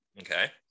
Okay